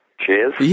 Cheers